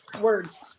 words